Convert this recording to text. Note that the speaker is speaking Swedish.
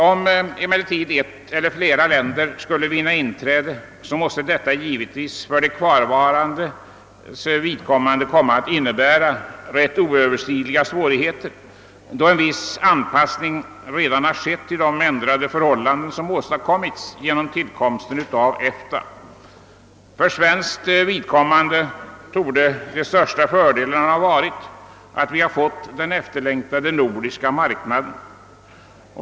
Om emellertid ett eller flera länder skulle vinna inträde, måste detta för de kvarvarandes vidkommande komma att innebära nästan oöverstigliga svårigheter, då en viss anpassning redan har skett till de ändrade förhållanden som inträtt genom «tillkomsten av EFTA. För Sveriges vidkommande tor de de största fördelarna ha varit att vi fått den efterlängtade nordiska marknaden.